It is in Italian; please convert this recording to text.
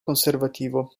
conservativo